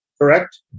Correct